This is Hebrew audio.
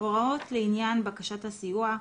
הוראות לעניין בקשת הסיוע,